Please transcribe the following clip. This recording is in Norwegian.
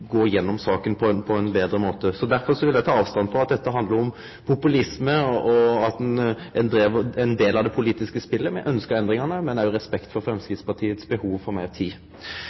gå gjennom saka på ein betre måte. Derfor vil eg ta avstand frå at dette handlar om populisme, og at det er ein del av det politiske spelet. Me ønskte endringane, men hadde òg respekt for Framstegspartiets behov for meir tid.